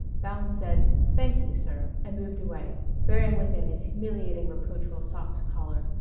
bounds said, thank you, sir, and moved away, bearing with him his humiliating reproachful soft collar,